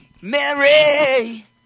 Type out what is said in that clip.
Mary